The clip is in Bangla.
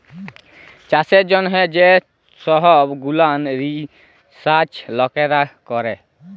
চাষের জ্যনহ যে সহব গুলান রিসাচ লকেরা ক্যরে